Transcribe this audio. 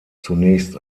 zunächst